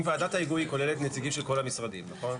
ועדת ההיגוי כוללת נציגים של כל המשרדים נכון?